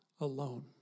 alone